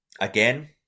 Again